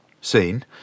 Seen